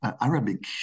Arabic